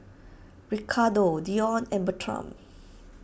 Ricardo Dion and Bertram